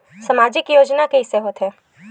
सामाजिक योजना के कइसे होथे?